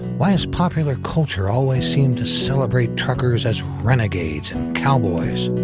why has popular culture always seemed to celebrate truckers as renegades and cowboys?